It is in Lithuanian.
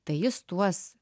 tai jis tuos